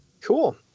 Cool